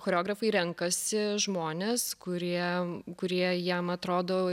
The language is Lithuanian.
choreografai renkasi žmones kurie kurie jiem atrodo